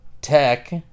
tech